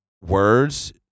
words